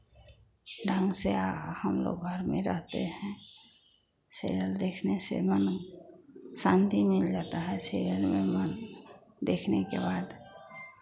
ढंग से आ हम लोग घर में रहते हैं सीरियल देखने से मन शान्ति मिल जाता है सीरियल में मन देखने के बाद